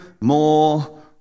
more